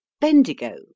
Bendigo